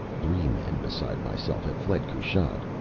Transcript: three men beside myself have fled kushat,